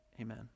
Amen